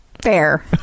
Fair